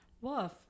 Woof